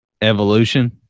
Evolution